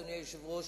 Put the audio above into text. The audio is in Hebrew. אדוני היושב-ראש,